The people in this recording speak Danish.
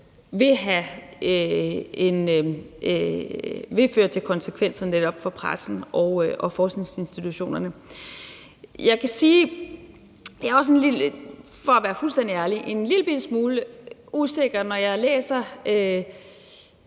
vil have konsekvenser for netop pressen og forskningsinstitutionerne. Jeg kan sige, for at være fuldstændig ærlig, at jeg dog er en lillebitte smule usikker, når jeg læser